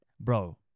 bro